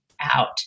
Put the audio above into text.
out